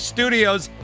Studios